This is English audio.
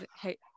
Hey